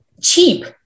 cheap